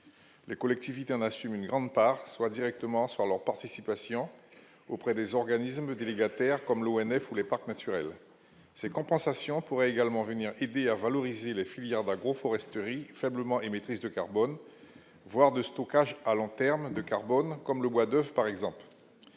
les collectivités en assume une grande part, soit directement sur leur participation auprès des organismes délégataires comme l'ONF ou les parcs naturels, ces compensations pourraient également venir aider à valoriser les filières d'agroforesterie faiblement émettrice de carbone, voire de stockage à long terme de carbone comme le bois d'oeuvre, par exemple,